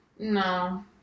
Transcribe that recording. No